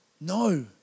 No